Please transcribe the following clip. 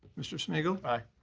mr. smigiel. aye.